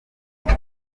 kuba